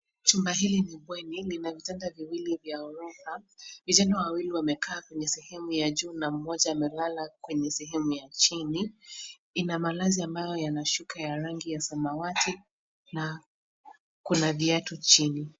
Chumba hili ni bweni. Lina vitanda viwili vya ghorofa. Vijana wawili wamekaa kwenye sehemu ya juu na mmoja amelala kwenye sehemu ya chini. Ina malazi ambayo yana shuka ya rangi ya samawati na kuna viatu chini.